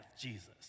Jesus